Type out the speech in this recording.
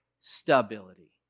stability